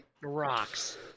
Rocks